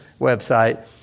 website